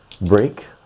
break